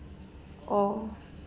oh